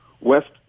West